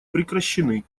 прекращены